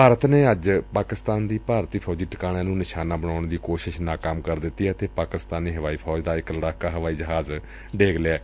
ਭਾਰਤ ਨੇ ਅੱਜ ਪਾਕਿਸਤਾਨ ਦੀ ਭਾਰਤੀ ਫੌਜੀ ਟਿਕਣਿਆਂ ਨੂੰ ਨਿਸ਼ਾਨਾ ਬਣਾਉਣ ਦੀ ਕੋਸ਼ਿਸ਼ ਨਾਕਾਮ ਕਰ ਦਿੱਤੀ ਏ ਅਤੇ ਪਾਕਿਸਤਾਨੀ ਹਵਾਈ ਫੌਜ ਦਾ ਇਕ ਲੜਾਕਾ ਹਵਾਈ ਜਹਾਜ਼ ਸੁੱਟ ਲਿਐ